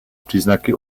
příznaky